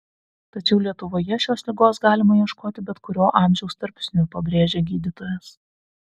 tačiau lietuvoje šios ligos galima ieškoti bet kuriuo amžiaus tarpsniu pabrėžia gydytojas